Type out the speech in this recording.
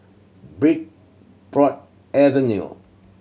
Bridport Avenue